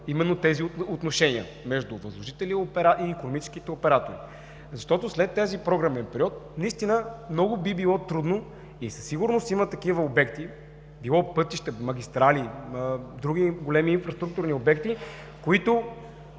именно тези отношения между възложителя и икономическите оператори. Защото след този програмен период би било трудно, и със сигурност има такива обекти – било пътища, било магистрали, други големи структурни обекти, които…